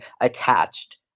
attached